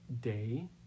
day